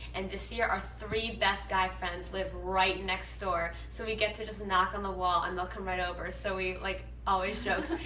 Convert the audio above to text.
and this year, our three best guy friends live right next door. so we gets to just knock on the wall and they'll come right over. so we like always joke.